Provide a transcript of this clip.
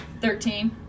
Thirteen